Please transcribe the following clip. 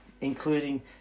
including